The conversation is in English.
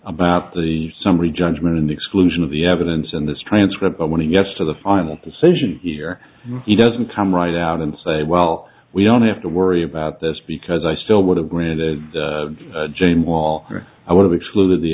about the summary judgment and exclusion of the evidence in this transcript but when he gets to the final decision here he doesn't come right out and say well we don't have to worry about this because i still would have granted it jane wall i would exclude the